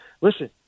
Listen